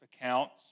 accounts